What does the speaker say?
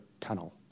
tunnel